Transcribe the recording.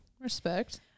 Respect